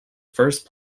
first